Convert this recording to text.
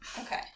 Okay